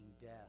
death